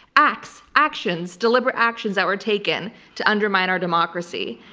acts, actions, deliberate actions that were taken to undermine our democracy.